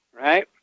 right